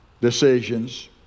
decisions